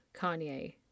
Kanye